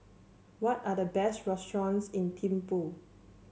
what are the best restaurants in Thimphu